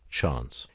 chance